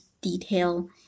detail